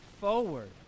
forward